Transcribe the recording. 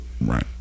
Right